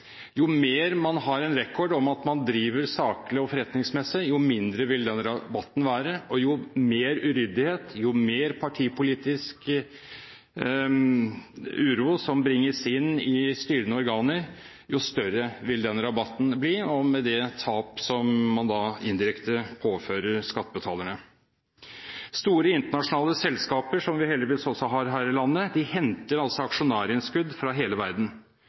Jo mer man har en «record» om at man driver saklig og forretningsmessig, jo mindre vil denne rabatten være. Jo mer uryddighet, jo mer partipolitisk uro som bringes inn i styrende organer, jo større vil rabatten bli, med det tap som man da indirekte påfører skattebetalerne. Store internasjonale selskaper – som vi heldigvis også har her i landet – henter aksjonærinnskudd fra hele verden.